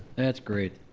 that's great.